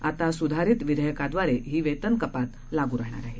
आता सुधारित विधेयकाद्वारे ही वेतन कपात लागू राहणार आहे